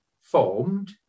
formed